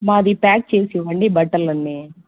మాది ప్యాక్ చేసి ఇవ్వండి బట్టలు అన్నీ